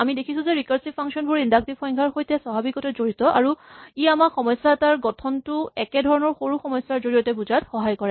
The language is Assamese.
আমি দেখিছো যে ৰিকাৰছিভ ফাংচন বোৰ ইন্ডাক্টিভ সংজ্ঞাৰ সৈতে স্বাভাৱিকতে জড়িত আৰু ই আমাক সমস্যা এটাৰ গঠনটো একে ধৰণৰ সৰু সমস্যাৰ জৰিয়তে বুজাত সহায় কৰে